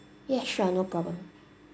yeah sure no problem